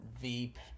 Veep